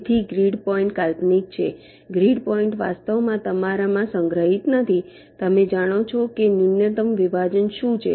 તેથી grid point કાલ્પનિક છે ગ્રીડ પોઈન્ટ વાસ્તવમાં તમારામાં સંગ્રહિત નથી તમે જાણો છો કે ન્યૂનતમ વિભાજન શું છે